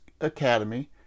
Academy